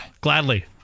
gladly